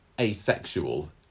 asexual